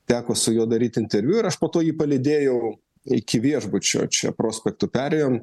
teko su juo daryt interviu ir aš po to jį palydėjau iki viešbučio čia prospektu perėjom